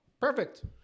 perfect